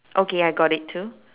okay I got it too